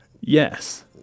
Yes